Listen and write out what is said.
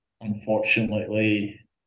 unfortunately